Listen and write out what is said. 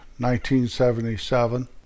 1977